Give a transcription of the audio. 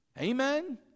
Amen